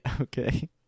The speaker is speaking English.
Okay